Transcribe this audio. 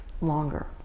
longer